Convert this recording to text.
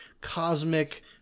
cosmic